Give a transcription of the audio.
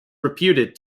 reputed